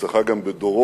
הונצחה כנראה